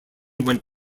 went